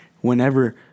whenever